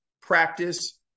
practice